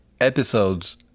episodes